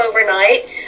overnight